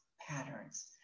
patterns